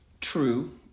True